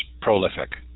prolific